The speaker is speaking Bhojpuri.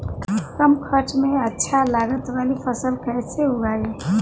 कम खर्चा में अच्छा लागत वाली फसल कैसे उगाई?